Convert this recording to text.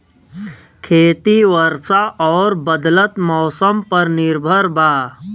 खेती वर्षा और बदलत मौसम पर निर्भर बा